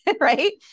right